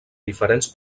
diferents